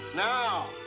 Now